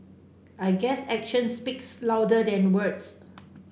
I guess action speaks louder than words